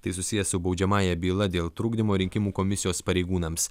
tai susiję su baudžiamąja byla dėl trukdymo rinkimų komisijos pareigūnams